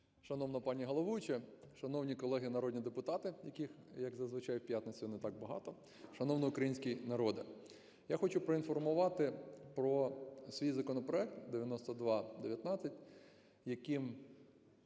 Шановна пані головуюча! Шановні колеги народні депутати, яких, як зазвичай в п'ятницю, не так багато. Шановний український народе! Я хочу проінформувати про свій законопроект 9219, яким